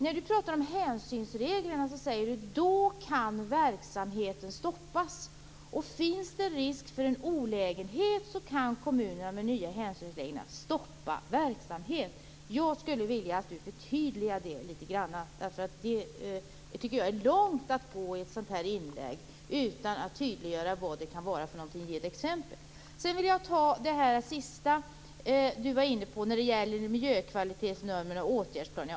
När hon talar om hänsynsreglerna säger hon att verksamheten då kan stoppas. Och om det finns risk för en olägenhet kan kommunerna med de nya hänsynsreglerna stoppa verksamhet. Jag skulle vilja att Gudrun Lindvall förtydligade detta litet grand, eftersom jag tycker att det är att gå långt i ett sådant inlägg utan att tydliggöra vad det kan vara för något i ett exempel. Sedan vill jag ta upp det sista som Gudrun Lindvall var inne på när det gäller miljökvalitetsnormerna och åtgärdsplanerna.